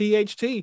THT